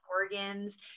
organs